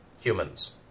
humans